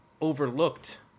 overlooked